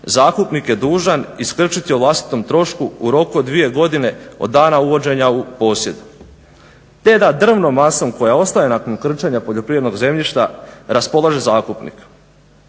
zakupnik je dužan iskrčiti o vlastitom trošku u roku od dvije godine od dana uvođenja u posjed, te da drvnom masom koja ostaje nakon krčenja poljoprivrednog zemljišta raspolaže zakupnik.